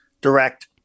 direct